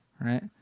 right